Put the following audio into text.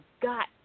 got